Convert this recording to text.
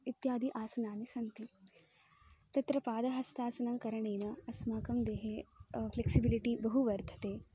इत्यादि आसनानि सन्ति तत्र पादहस्तासनं करणीयम् अस्माकं देहे फ़्लेक्सिबलिटि बहु वर्धते